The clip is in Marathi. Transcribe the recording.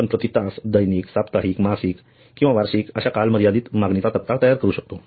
आपण प्रति तास दैनिक साप्ताहिक मासिक किंवा वार्षिक अश्या कालमर्यादित मागणीचा तक्ता तयार करू शकतो